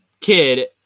kid